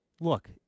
Look